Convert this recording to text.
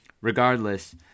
regardless